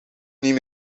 niet